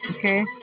Okay